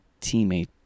teammate